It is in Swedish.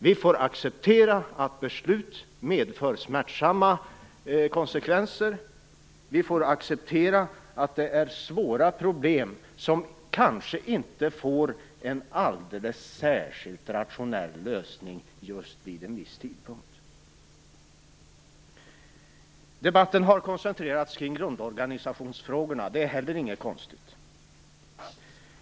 Vi får acceptera att beslut medför smärtsamma konsekvenser, och vi får acceptera att svåra problem kanske inte får en alldeles särskilt rationell lösning just vid en viss tidpunkt. Debatten har koncentrerats kring grundorganisationsfrågorna, och det är heller inte konstigt.